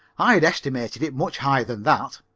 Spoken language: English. i had estimated it much higher than that.